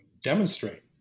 demonstrate